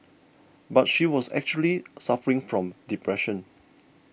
but she was actually suffering from depression